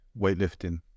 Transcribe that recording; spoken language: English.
weightlifting